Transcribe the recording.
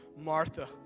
Martha